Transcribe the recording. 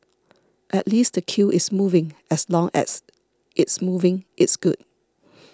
at least the queue is moving as long as it's moving it's good